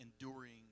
enduring